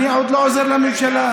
אני עוד לא עוזר לממשלה.